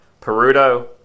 Perudo